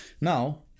Now